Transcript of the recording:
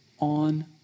on